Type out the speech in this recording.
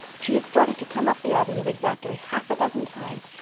she has started to come up the avenue exactly half a dozen times,